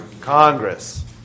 Congress